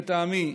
לטעמי,